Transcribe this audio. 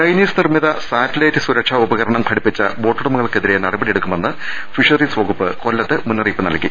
Chinese നിർമ്മിത satellite സുരക്ഷാ ഉപകരണം ഘടിപ്പിച്ച ബോട്ടുടമകൾക്കെതിരെ നടപടിയെടുക്കുമെന്ന് ഫിഷറീസ് വകുപ്പ് മുന്നറിയിപ്പ് നൽകി